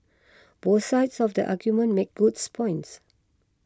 both sides of the argument make goods points